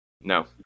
No